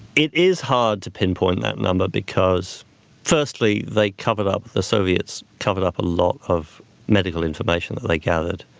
it is hard to pinpoint that number because firstly they covered up, the soviets covered up a lot of medical information that they gathered